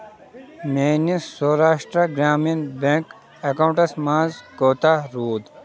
میٲنِس Saurashtra Gramin bank accounts منٛز کوٗتاہ روٗد؟